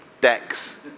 Decks